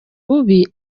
bubi